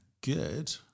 good